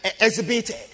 exhibited